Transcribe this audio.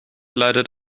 leidet